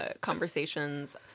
conversations